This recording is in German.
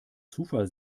zufall